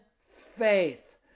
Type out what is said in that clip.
faith